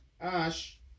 Ash